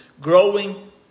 growing